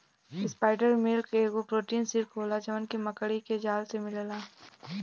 spider silk एगो protein silk होला जवन की मकड़ी के जाल से मिलेला